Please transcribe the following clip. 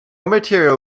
material